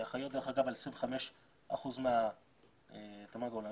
שאחראיות דרך אגב על 25% מהתמ"ג העולמי,